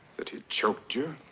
that he choked you